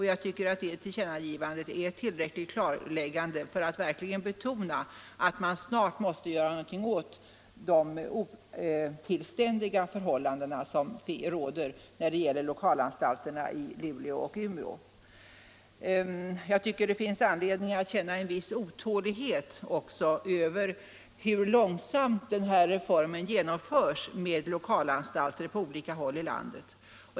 Jag tycker att detta tillkännagivande är ett tillräckligt klarläggande för att verkligen betona att någonting snarast måste göras åt de otillständiga förhållandena på anstalterna i Luleå och Umeå. Det finns anledning att känna en viss otålighet över hur långsamt reformen vad gäller lokalanstalter genomförs på olika håll i landet.